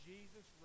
Jesus